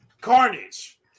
Carnage